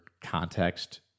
context